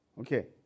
Okay